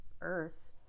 Earth